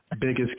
biggest